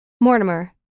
Mortimer